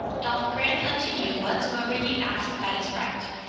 doth grant unto you whatsoever ye ask that is right,